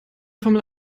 formel